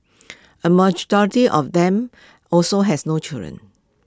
A majority of them also had no children